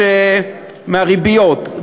יש מהריביות,